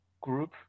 group